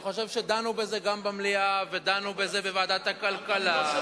אני חושב שדנו בזה גם במליאה ודנו בזה בוועדת הכלכלה.